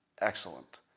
excellent